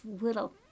little